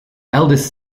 eldest